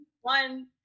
one